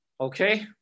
Okay